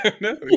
No